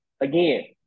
again